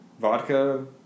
vodka